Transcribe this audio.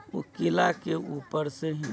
ओ किलाके ऊपर से ही